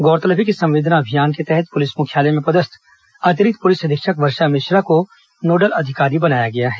गौरतलब है कि संवेदना अभियान के तहत पुलिस मुख्यालय में पदस्थ अतिरिक्त पुलिस अधीक्षक वर्षा मिश्रा को नोडल अधिकारी बनाया गया है